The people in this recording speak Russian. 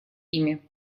ими